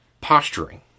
posturing